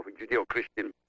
Judeo-Christian